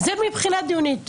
זה מבחינה דיונית.